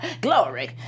Glory